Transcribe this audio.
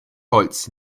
holz